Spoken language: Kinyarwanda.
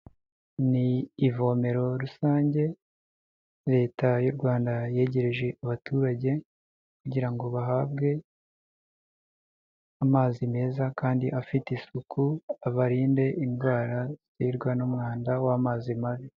Ni ivomero rusange leta y'u rwanda yegereje abaturage kugira bahabwe amazi meza kandi afite isuku bibarinde indwara ziterwa n'umwanda w'amazi mabi.